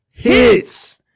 Hits